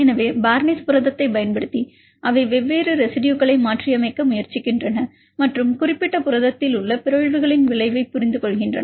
எனவே பார்னேஸ் புரதத்தைப் பயன்படுத்தி அவை வெவ்வேறு ரெசிடுயுகளை மாற்றியமைக்க முயற்சிக்கின்றன மற்றும் குறிப்பிட்ட புரதத்தில் உள்ள பிறழ்வுகளின் விளைவைப் புரிந்துகொள்கின்றன